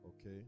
Okay